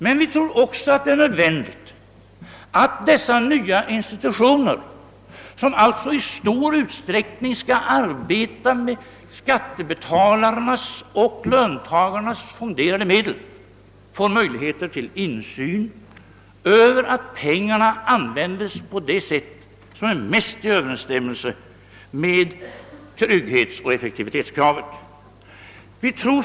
Men vi tror också att det är nödvändigt att dessa nya institutioner, som alltså i stor utsträckning skall arbeta med skattebetalarnas och löntagarnas fonderade medel, får insyn och kontroll över att pengarna används på det sätt som bäst tillgodoser trygghetsoch effektivitetskraven. 5.